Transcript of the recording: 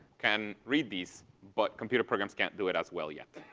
can read these, but computer programs can't do it as well yet.